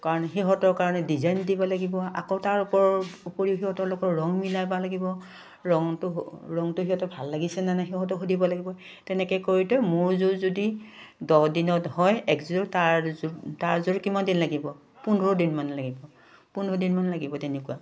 কাৰণ সিহঁতৰ কাৰণে ডিজাইন দিব লাগিব আকৌ তাৰ ওপৰ উপৰি সিহঁতৰ লগৰ ৰং মিলাব লাগিব ৰংটো ৰংটো সিহঁতৰ ভাল লাগিছে নে নাই সিহঁতক সুধিব লাগিব তেনেকৈ কৰোঁতে মোৰ যোৰ যদি দহ দিনত হয় একযোৰ তাৰযোৰ তাৰযোৰ কিমান দিন লাগিব পোন্ধৰ দিনমান লাগিব পোন্ধৰ দিনমান লাগিব তেনেকুৱা